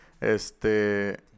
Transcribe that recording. Este